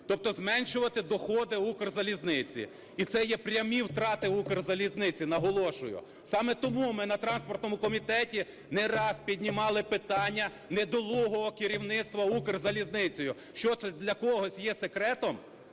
тобто зменшувати доходи "Укрзалізниці". І це є прямі втрати "Укрзалізниці", наголошую. Саме тому ми на транспортному комітеті не раз піднімали питання недолугого керівництва "Укрзалізницею". Що, це для когось є секретом,